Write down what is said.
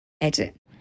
edit